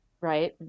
Right